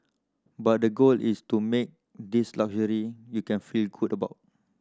but the goal is to make this luxury you can feel good about